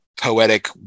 poetic